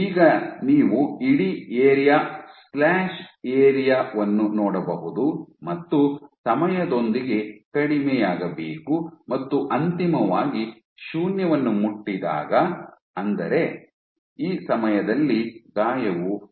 ಈಗ ನೀವು ಇಡೀ ಏರಿಯಾ ಸ್ಲ್ಯಾಷ್ ಏರಿಯಾ ವನ್ನು ನೋಡಬಹುದು ಮತ್ತು ಸಮಯದೊಂದಿಗೆ ಕಡಿಮೆಯಾಗಬೇಕು ಮತ್ತು ಅಂತಿಮವಾಗಿ ಶೂನ್ಯವನ್ನು ಮುಟ್ಟಿದಾಗ ಅಂದರೆ ಈ ಸಮಯದಲ್ಲಿ ಗಾಯವು ವಾಸಿಯಾಗಿರುತ್ತದೆ